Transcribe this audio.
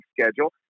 schedule